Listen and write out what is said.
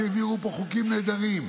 שהעבירו פה חוקים נהדרים.